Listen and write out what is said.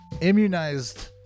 Immunized